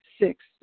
Six